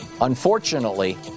Unfortunately